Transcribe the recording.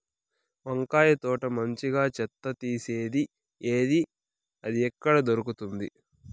వంకాయ తోట మంచిగా చెత్త తీసేది ఏది? అది ఎక్కడ దొరుకుతుంది?